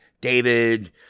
David